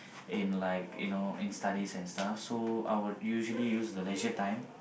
in like you know in like studies and stuff so I would usually use the leisure time